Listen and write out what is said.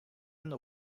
scène